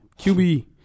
QB